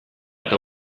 eta